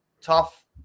Tough